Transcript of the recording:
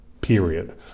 period